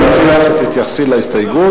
גברתי, אני מציע שתתייחסי להסתייגות.